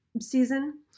season